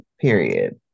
period